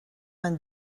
vingt